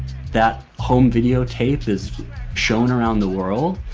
that home video tape is shown around the world.